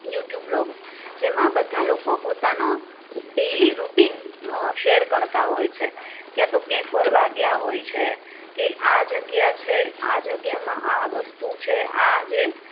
YouTube vlogs જેમાં બધા લોકો પોતાનો ડેઈલી રૂટિન શેયર કરતાં હોય છે કાં તો ક્યાંય ફરવા ગયા હોય છે કે આ જગ્યા છે આ જગ્યામાં આ વસ્તુ છે આ જે